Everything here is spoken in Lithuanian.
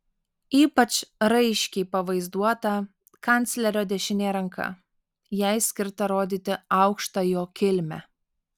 ypač raiškiai pavaizduota kanclerio dešinė ranka jai skirta rodyti aukštą jo kilmę